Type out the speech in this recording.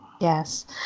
Yes